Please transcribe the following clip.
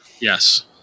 Yes